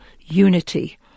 unity